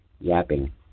Yapping